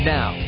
Now